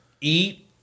eat